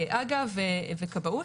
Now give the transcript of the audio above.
הג"א וכבאות.